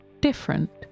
Different